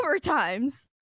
overtimes